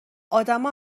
آدما